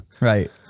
right